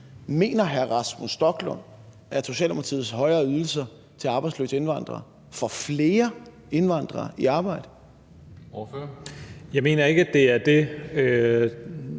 Mener hr. Rasmus Stoklund, at Socialdemokratiets højere ydelser til arbejdsløse indvandrere får flere indvandrere i arbejde? Kl. 19:35 Formanden (Henrik